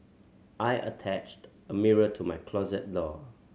I attached a mirror to my closet door